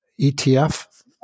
ETF